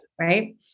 Right